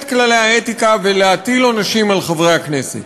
כללי האתיקה ולהטיל עונשים על חברי הכנסת.